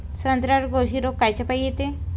संत्र्यावर कोळशी रोग कायच्यापाई येते?